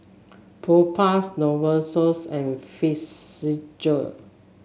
Propass Novosource and Physiogel